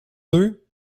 deux